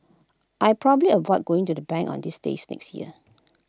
I probably avoid going to the bank on this days next year